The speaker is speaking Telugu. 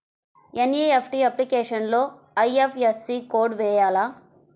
ఎన్.ఈ.ఎఫ్.టీ అప్లికేషన్లో ఐ.ఎఫ్.ఎస్.సి కోడ్ వేయాలా?